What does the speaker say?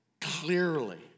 clearly